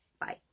bye